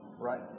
right